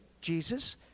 Jesus